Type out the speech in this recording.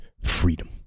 freedom